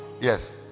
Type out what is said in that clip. Yes